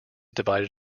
divided